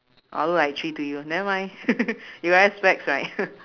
orh look like three to you nevermind you wear specs right